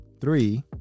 Three